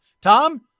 Tom